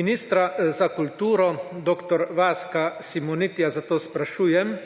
Ministra za kulturo dr. Vaska Simonitija zato sprašujem: